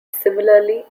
similarly